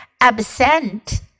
absent